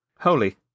Holy